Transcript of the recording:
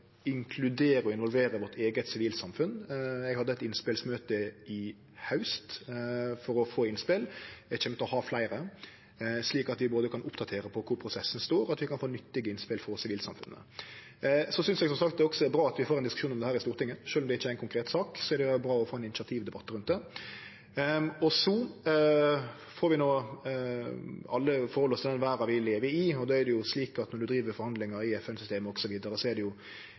å inkludere og involvere vårt eige sivilsamfunn. Eg hadde eit innspelsmøte i haust for å få innspel, og eg kjem til å ha fleire, slik at vi både kan oppdatere på kvar prosessen står, og kan få nyttige innspel frå sivilsamfunnet. Eg synest som sagt at det også er bra at vi får ein diskusjon om dette i Stortinget. Sjølv om det ikkje er ein konkret sak, er det bra å få ein initiativdebatt rundt det. Så får vi alle forhalde oss til den verda vi lever i, og då er det jo slik at når ein driv forhandlingar i FN-systemet osv., er det